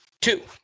Two